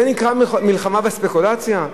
זה נקרא מלחמה בספקולציה?